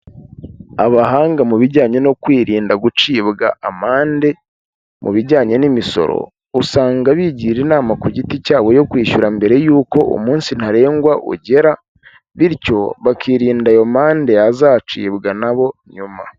Abahanga mu bijyanye no kwirinda gucibwa amande mu bijyanye n'imisoro usanga bigira inama ku giti cyabo yo kwishyura mbere y'uko umunsi ntarengwa ugera bityo bakirinda ayo mande azacibwa nabo nyuma.